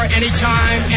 anytime